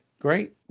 Great